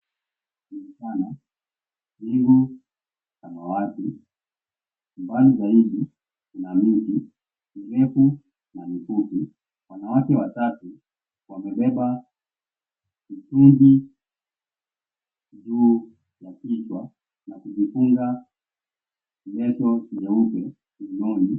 ...Wingu samawati, mbali zaidi kuna miti mirefu na mifu𝑝i, wanawake watatu wamebeba mitungi juu ya kichwa na kujifunga leso leupe kiunoni.